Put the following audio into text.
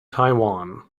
taiwan